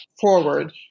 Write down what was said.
forward